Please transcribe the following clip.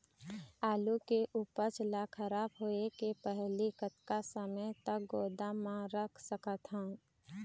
आलू के उपज ला खराब होय के पहली कतका समय तक गोदाम म रख सकत हन?